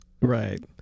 Right